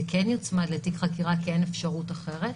זה כן יוצמד לתיק חקירה, כי אין אפשרות אחרת.